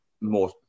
more